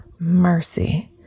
mercy